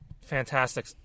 fantastic